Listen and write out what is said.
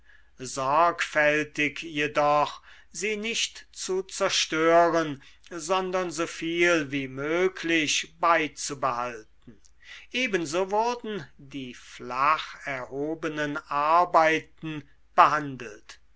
sorgfältig je doch sie nicht zu zerstören sondern so viel wie möglich beizubehalten ebenso wurden die flacherhobenen arbeiten behandelt